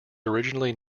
originally